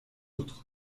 outre